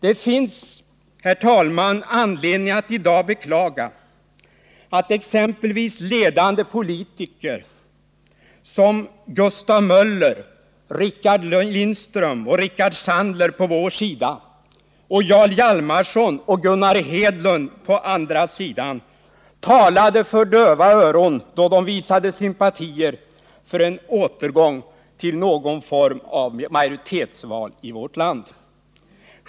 Det finns, herr talman, anledning att i dag beklaga att exempelvis ledande politiker som Gustav Möller, Rickard Lindström och Rickard Sandler på vår sida och Jarl Hjalmarson och Gunnar Hedlund på andra sidan talade för döva öron då de visade sympatier för återgång till någon form av majoritetsval i vårt land.